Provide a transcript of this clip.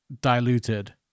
diluted